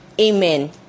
Amen